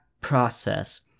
process